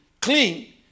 clean